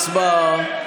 הצבעה.